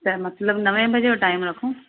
त मतिलबु नवे वजे जो टाइम रखूं